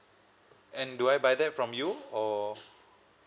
and do I buy that from you or